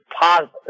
positive